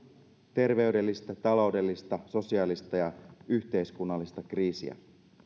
terveydellistä taloudellista sosiaalista ja yhteiskunnallista kriisiä